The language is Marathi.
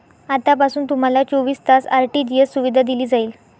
आतापासून तुम्हाला चोवीस तास आर.टी.जी.एस सुविधा दिली जाईल